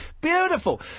Beautiful